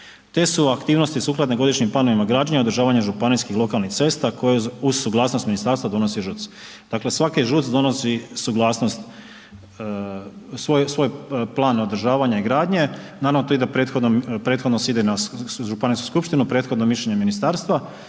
Te su aktivnosti sukladne godišnjim planovima građenja i održavanja županijskih lokalnih cesta koje uz suglasnost ministarstva donosi ŽUC. Dakle, svaki ŽUC donosi suglasnost, svoj plan održavanja i gradnje, naravno to ide prethodno, prethodno se ide na županijsku skupštinu, prethodno je mišljenje ministarstva